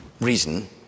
reason